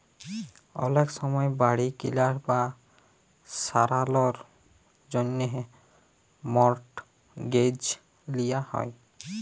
অলেক সময় বাড়ি কিলার বা সারালর জ্যনহে মর্টগেজ লিয়া হ্যয়